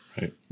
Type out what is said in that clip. Right